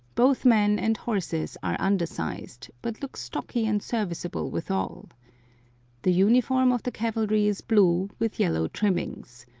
both men and horses are undersized, but look stocky and serviceable withal. the uniform of the cavalry is blue, with yellow trimmings.